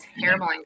terrible